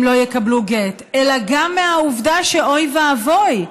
לא יקבלו גט אלא גם מהעובדה שאוי ואבוי,